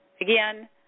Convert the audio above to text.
again